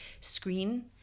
screen